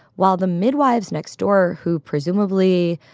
while the midwives next door who presumably,